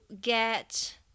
get